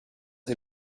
est